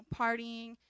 partying